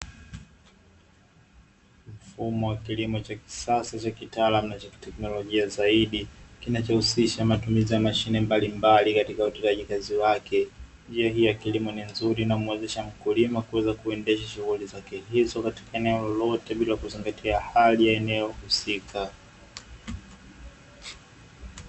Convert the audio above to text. Mfumo wa kilimo cha kisasa, cha kitaalamu na cha kiteknolojia zaidi kinachohusisha matumizi ya mashine mbalimbali katika utendaji kazi wake, njia hii ya kilimo ni nzuri inamuwezesha mkulima kuweza kuendesha shughuli zake hizo katika eneo lolote bila kuzingatia hali ya eneo husika.